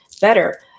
better